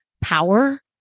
power